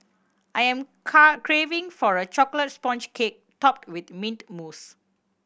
I am craving for a chocolate sponge cake topped with mint mousse